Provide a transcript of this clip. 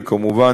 וכמובן,